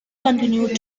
continued